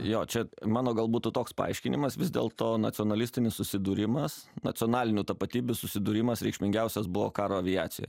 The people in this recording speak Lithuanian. jo čia mano gal būtų toks paaiškinimas vis dėlto nacionalistinis susidūrimas nacionalinių tapatybių susidūrimas reikšmingiausias buvo karo aviacijoj